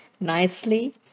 nicely